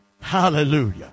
Hallelujah